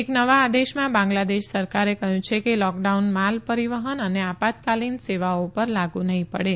એક નવા આદેશમાં બાંગ્લાદેશ સરકારે કહ્યું છે કે લોકડાઉન માલ પરીવહન અને આપાતકાલીન સેવાઓ પર લાગુ નહી પડે